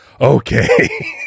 Okay